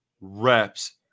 reps